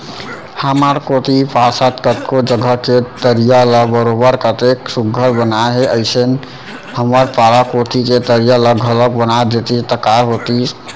हमर कोती पार्षद कतको जघा के तरिया ल बरोबर कतेक सुग्घर बनाए हे अइसने हमर पारा कोती के तरिया ल घलौक बना देतिस त काय होतिस